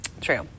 True